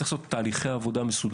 לכן צריך לפעול עם הליכי עבודה מסודרים.